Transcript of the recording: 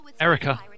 Erica